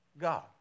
God